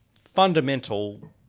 fundamental